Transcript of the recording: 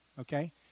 okay